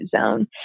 zone